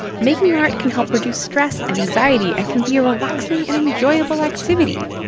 making art can help reduce stress and anxiety and can be a relaxing and enjoyable activity.